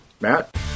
Matt